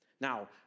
Now